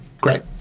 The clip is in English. great